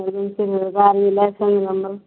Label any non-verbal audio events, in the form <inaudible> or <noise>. <unintelligible> गाड़ी लाइसेन्स